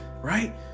Right